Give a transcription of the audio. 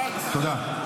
תודה.